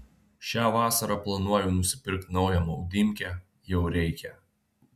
šią vasarą planuoju nusipirkt naują maudymkę jau reikia